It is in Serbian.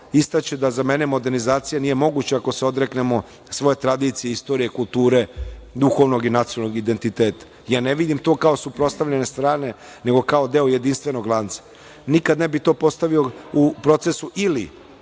istaći da za mene modernizacija nije moguća ako se odreknemo svoje tradicije, istorije, kulture, duhovnog i nacionalnog identiteta. Ja ne vidim to kao suprotstavljene strane, nego kao deo jedinstvenog lanca. Nikada ne bih to postavio u procesu „ili“